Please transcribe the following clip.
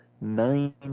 nine